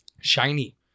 Shiny